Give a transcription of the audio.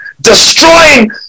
destroying